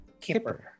Kipper